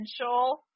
potential